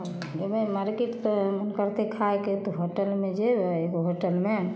जेबय मार्केट तऽ मोन करतइ खाइके तऽ होटलमे जेबय एगो होटलमे